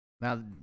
Now